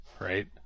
right